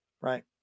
right